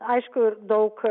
aišku ir daug